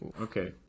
okay